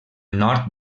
nord